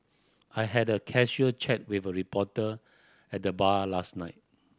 I had a casual chat with a reporter at the bar last night